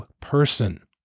person